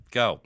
go